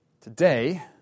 Today